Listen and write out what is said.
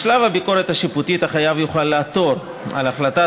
בשלב הביקורת השיפוטית החייב יוכל לעתור על החלטת